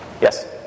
Yes